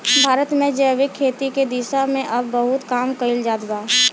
भारत में जैविक खेती के दिशा में अब बहुत काम कईल जात बा